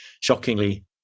shockingly